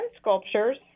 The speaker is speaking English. sculptures